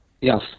Yes